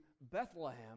Bethlehem